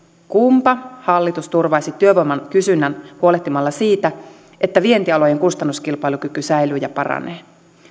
kunpa hallitus turvaisi työvoiman kysynnän huolehtimalla siitä että vientialojen kustannuskilpailukyky säilyy ja paranee